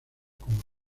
como